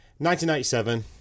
1997